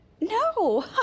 No